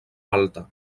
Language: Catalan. alta